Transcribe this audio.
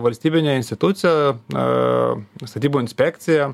valstybinė institucija na statybų inspekcija